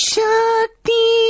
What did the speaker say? Shakti